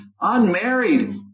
unmarried